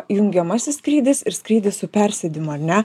jungiamasis skrydis ir skrydis su persėdimu ar ne